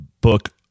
book